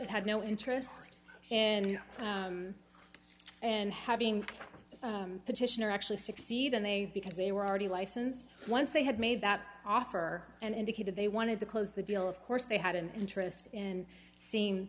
it had no interest and and having the petitioner actually succeed and they because they were already licensed once they had made that offer and indicated they wanted to close the deal of course they had an interest in seeing